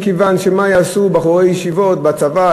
מכיוון שמה יעשו בחורי ישיבות בצבא,